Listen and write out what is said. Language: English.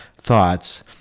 thoughts